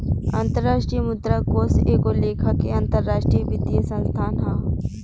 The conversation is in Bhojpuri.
अंतरराष्ट्रीय मुद्रा कोष एगो लेखा के अंतरराष्ट्रीय वित्तीय संस्थान ह